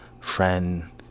friend